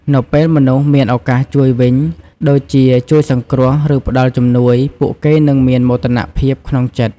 នៅពេលមនុស្សមានឱកាសជួយវិញ ដូចជា ជួយសង្គ្រោះ ឬផ្តល់ជំនួយ ពួកគេនឹងមានមោទនភាពក្នុងចិត្ត។